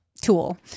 tool